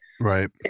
Right